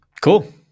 Cool